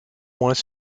moins